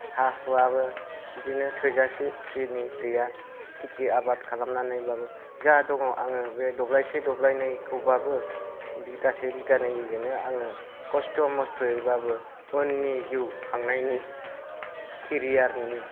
हा हुआबो बिदिनो थोजासेखिनि गैया खेति आबाद खालामनानैबाबो जा दङ आङो बे दब्लायसे दब्लायनैखौबाबो बिगासे बिगानैजोंनो आङो कस्त' मस्त'यैबाबो आङो उननि जिउ खांनायनि केरियारनि